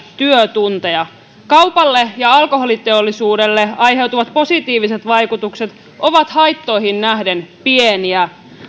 työtunteja kaupalle ja alkoholiteollisuudelle aiheutuvat positiiviset vaikutukset ovat haittoihin nähden pieniä